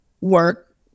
work